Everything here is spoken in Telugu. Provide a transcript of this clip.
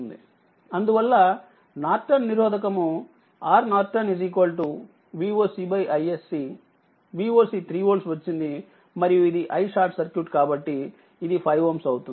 అందువల్ల నార్టన్నిరోధకము RN Voc iSC Voc 3 volt వచ్చింది మరియు ఇది iSCకాబట్టిఇది 5Ω అవుతుంది